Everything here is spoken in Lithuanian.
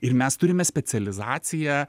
ir mes turime specializaciją